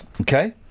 okay